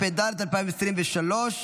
התשפ"ד 2024,